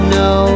no